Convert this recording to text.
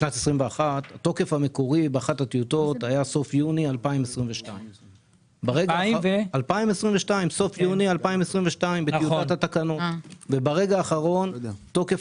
התוקף המקורי באחת הטיוטות היה סוף יוני 2022. ברגע האחרון תוקף